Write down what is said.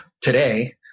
today